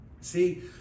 See